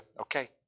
Okay